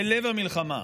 זה לב המלחמה.